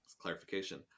clarification